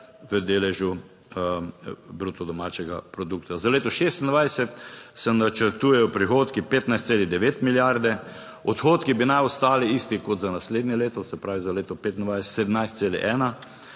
v deležu bruto domačega produkta. Za leto 2026 se načrtujejo prihodki 15,9 milijarde, odhodki bi naj ostali isti kot za naslednje leto, se pravi, za leto 25 17,1